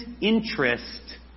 interest